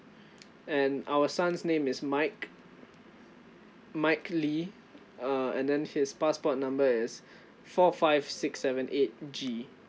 and our son's name is mike mike lee uh and then his passport number is four five six seven eight G